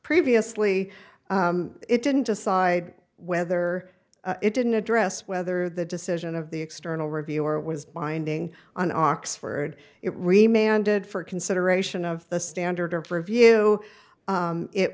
previously it didn't decide whether it didn't address whether the decision of the external review or was binding on oxford it remained ended for consideration of the standard of review